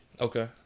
Okay